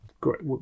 Great